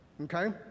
okay